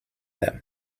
them